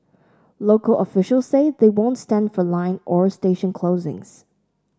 local official say they won't stand for line or station closings